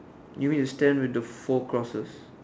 you need to stand with the four crosses